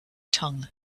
tongue